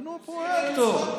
מינו פרויקטור,